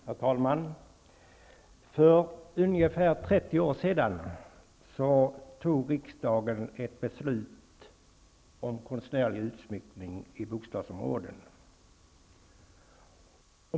Herr talman! För ungefär 30 år sedan fattade riksdagen ett beslut om konstnärlig utsmyckning i bostadsområden.